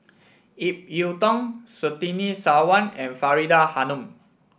Ip Yiu Tung Surtini Sarwan and Faridah Hanum